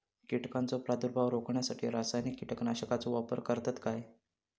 कीटकांचो प्रादुर्भाव रोखण्यासाठी रासायनिक कीटकनाशकाचो वापर करतत काय?